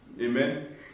Amen